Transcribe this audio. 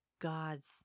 God's